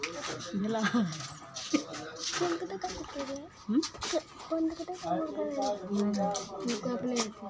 भेलै नहि होइए